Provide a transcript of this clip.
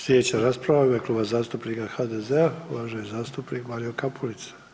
Sljedeća rasprava u ime Kluba zastupnika HDZ-a uvaženi zastupnik Mario Kapulica.